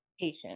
patient